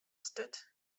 sturt